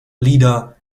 lieder